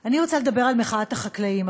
אני רוצה לדבר על מחאת החקלאים.